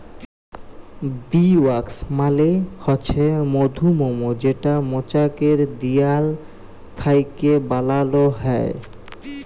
bee wax মালে হছে মধুমম যেটা মচাকের দিয়াল থ্যাইকে বালাল হ্যয়